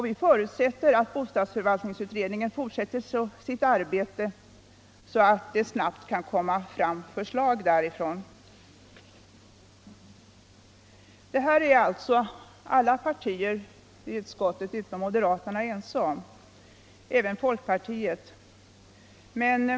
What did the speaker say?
Vi förutsätter att bostadsförvaltningsutredningen fortsätter sitt arbete så att den snabbt kan lägga fram förslag. Det här är alltså alla partier i utskottet utom moderaterna — alltså även folkpartiet — ense om.